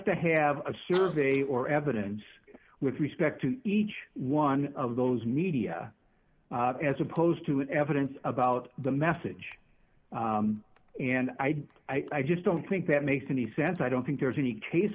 to have a survey or evidence with respect to each one of those media as opposed to evidence about the message and i i just don't think that makes any sense i don't think there's any case